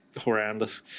horrendous